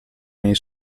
nei